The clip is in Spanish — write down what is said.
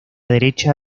derecha